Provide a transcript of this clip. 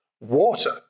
Water